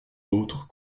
autres